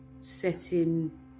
setting